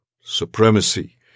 supremacy